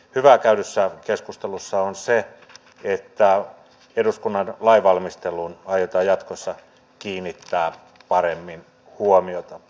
hyvää käydyssä keskustelussa on se että eduskunnan lainvalmisteluun aiotaan jatkossa kiinnittää paremmin huomiota